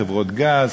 חברות גז?